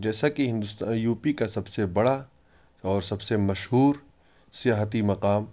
جیسا کہ ہندوستا یو پی کا سب سے بڑا اور سب سے مشہور سیاحتی مقام